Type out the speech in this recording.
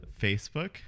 Facebook